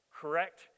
correct